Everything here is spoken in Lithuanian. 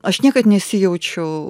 aš niekad nesijaučiau